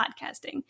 podcasting